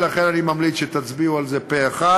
ולכן אני ממליץ שתצביעו על זה פה-אחד,